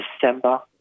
December